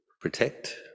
protect